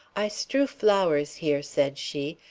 i strew flowers here, said she,